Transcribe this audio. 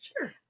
sure